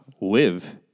live